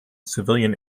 civilian